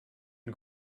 and